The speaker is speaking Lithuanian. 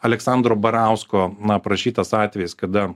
aleksandro barausko na aprašytas atvejis kada